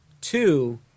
Two